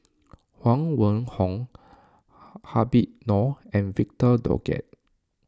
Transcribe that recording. Huang Wenhong Habib Noh and Victor Doggett